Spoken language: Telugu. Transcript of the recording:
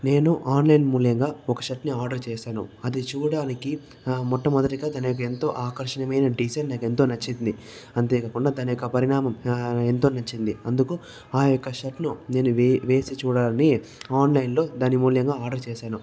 నేను ఆన్లైన్ మూల్యంగా ఒక షర్ట్ ని ఆర్డర్ చేశాను అది చూడడానికి మొట్టమొదటిగా దాని యొక్క ఎంతో ఆకర్షణమైన డిజైన్ నాకు ఎంతో నచ్చింది అంతేకాకుండా దాని యొక్క పరిణామం ఎంతో నచ్చింది అందుకు ఆ యొక్క షర్ట్ ను నేను వే వేసి చూడాలని ఆన్లైన్ లో దాని మూల్యంగా ఆర్డర్ చేశాను